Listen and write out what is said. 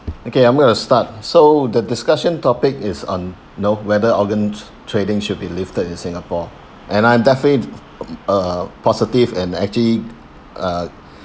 okay I'm going to start so the discussion topic is on you know whether organ tr~ trading should be lifted in singapore and I'm definitely uh positive and actually uh